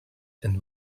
and